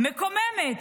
מקוממת.